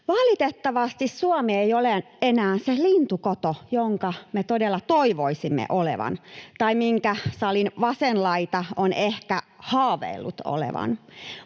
Valitettavasti Suomi ei ole enää se lintukoto, jonka me todella toivoisimme olevan tai minkä salin vasen laita on ehkä haaveillut olevan.